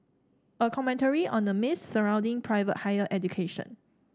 a commentary on the myths surrounding private higher education